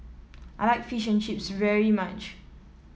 I like Fish Chips very much